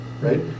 right